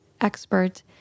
expert